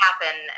happen